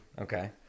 Okay